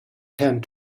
tend